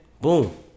Boom